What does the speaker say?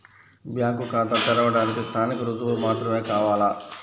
Bank ఖాతా తెరవడానికి స్థానిక రుజువులు మాత్రమే కావాలా?